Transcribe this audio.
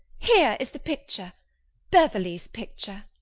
here is the picture beverley's picture!